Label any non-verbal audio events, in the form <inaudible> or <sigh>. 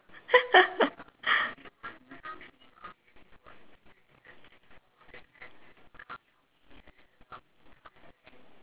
<laughs>